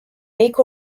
make